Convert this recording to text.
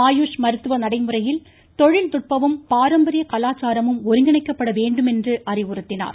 ஆயுஷ் மருத்துவ நடைமுறையில் தொழில் நுட்பமும் பாரம்பரிய கலாச்சாரமும் ஒருங்கிணைக்கப்பட வேண்டும் என்று அறிவுறுத்தினார்